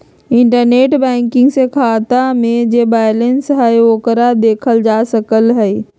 internet banking से खाता में जे बैलेंस हई ओकरा देखल जा सकलई ह